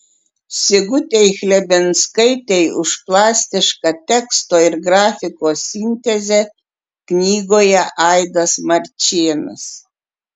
sigutei chlebinskaitei už plastišką teksto ir grafikos sintezę knygoje aidas marčėnas